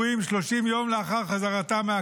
בבקשה.